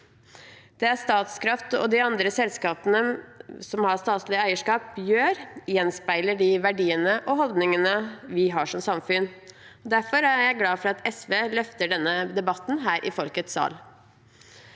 har statlig eierskap, gjør, gjenspeiler de verdiene og holdningene vi har som samfunn. Derfor er jeg glad for at SV løfter denne debatten her i folkets sal.